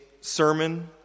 sermon